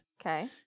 Okay